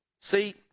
See